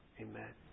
Amen